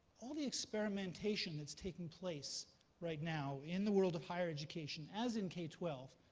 all the experimentation that's taking place right now in the world of higher education as in k twelve,